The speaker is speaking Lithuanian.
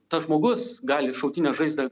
tas žmogus gali šautinę žaizdą